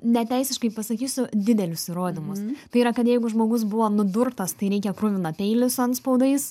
neteisiškai pasakysiu didelius įrodymus tai yra kad jeigu žmogus buvo nudurtas tai reikia kruviną peilį su antspaudais